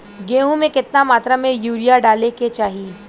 गेहूँ में केतना मात्रा में यूरिया डाले के चाही?